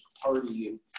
party